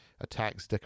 attacks